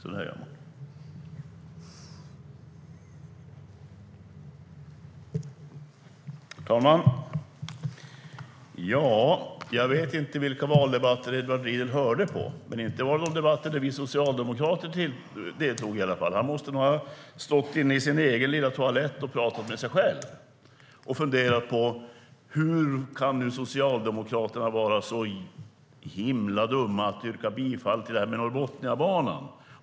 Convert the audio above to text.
Herr talman! Jag vet inte vilka valdebatter Edward Riedl hörde på, men inte var det de där vi socialdemokrater deltog, i alla fall. Han måste nog ha stått inne på sin egen lilla toalett och pratat med sig själv och funderat: Hur kan Socialdemokraterna vara så himla dumma att de yrkar bifall till Norrbotniabanan?